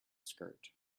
skirt